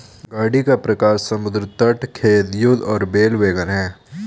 गाड़ी का प्रकार समुद्र तट, खेत, युद्ध और बैल वैगन है